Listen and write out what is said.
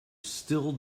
still